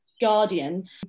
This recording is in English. Guardian